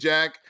Jack